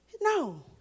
No